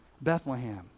Bethlehem